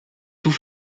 tout